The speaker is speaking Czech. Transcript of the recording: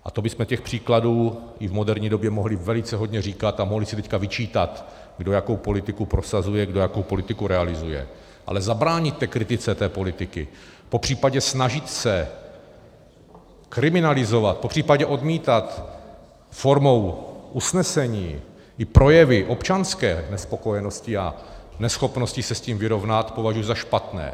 A to bychom těch příkladů i v moderní době mohli velice hodně říkat a mohli si teď vyčítat, kdo jakou politiku prosazuje, kdo jakou politiku realizuje, ale zabránit té kritice té politiky, popř. snažit se kriminalizovat, popřípadě odmítat formou usnesení i projevy občanské nespokojenosti a neschopnosti se s tím vyrovnat, považuji za špatné.